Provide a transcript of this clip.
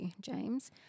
James